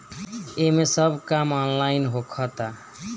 एमे सब काम ऑनलाइन होखता